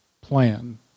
plan